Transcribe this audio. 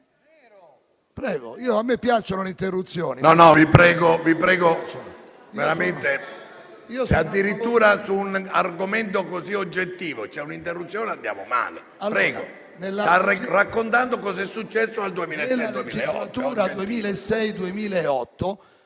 Prego, a me piacciono le interruzioni.